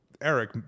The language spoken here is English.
Eric